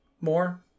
more